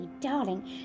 darling